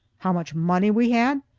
how much money we had,